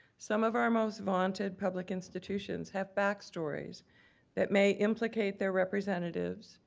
some of our most vaunted public institutions have backstories that may implicate their representatives,